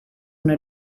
una